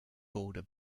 border